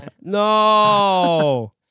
no